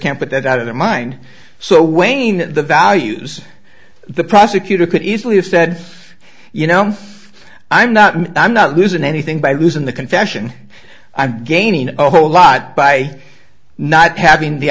can't put that out of their mind so wayne the values the prosecutor could easily have said you know i'm i'm not i'm not losing anything by losing the confession i'm gaining a whole lot by not having the